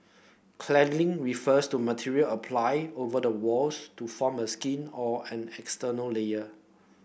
cladding refers to material applied over the walls to form a skin or an external layer